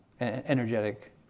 energetic